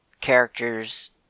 characters